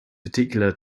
particular